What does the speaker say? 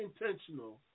intentional